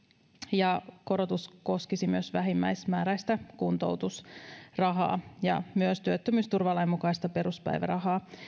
ja korotus koskisi myös vähimmäismääräistä kuntoutusrahaa ja myös työttömyysturvalain mukaista peruspäivärahaa